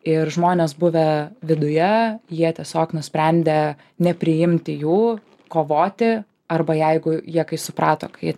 ir žmonės buvę viduje jie tiesiog nusprendė nepriimti jų kovoti arba jeigu jie kai suprato kai